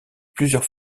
plusieurs